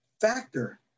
factor